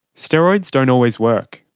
steroids don't always work.